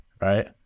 right